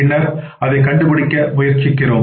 பின்னர் அதைக் கண்டுபிடிக்க முயற்சிக்கிறோம்